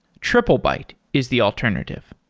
triplebyte is the alternative.